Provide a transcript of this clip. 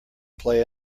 play